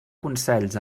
consells